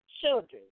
Children